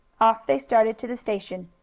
off they started to the station.